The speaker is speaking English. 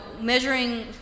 measuring